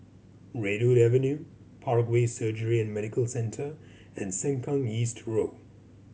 Redwood Avenue Parkway Surgery and Medical Centre and Sengkang East Road